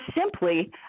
simply